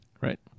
Right